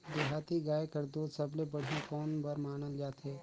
देहाती गाय कर दूध सबले बढ़िया कौन बर मानल जाथे?